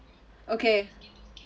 okay